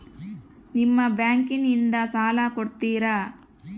ನಿಮ್ಮ ಬ್ಯಾಂಕಿನಿಂದ ಸಾಲ ಕೊಡ್ತೇರಾ?